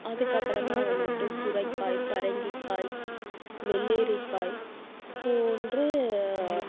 அதுக்கு அப்புறமா வந்துட்டு சுரைக்காய் பரங்கிக்காய் வெள்ளரிக்காய் போன்று